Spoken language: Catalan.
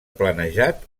planejat